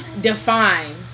define